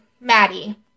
Maddie